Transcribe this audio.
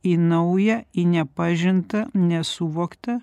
į naują į nepažintą nesuvoktą